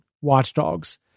watchdogs